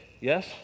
Yes